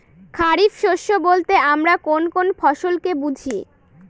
খরিফ শস্য বলতে আমরা কোন কোন ফসল কে বুঝি?